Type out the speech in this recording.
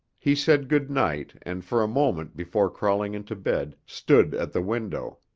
he said good night and for a moment before crawling into bed stood at the window.